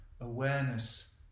awareness